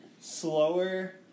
slower